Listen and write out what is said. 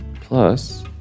plus